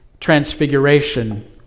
transfiguration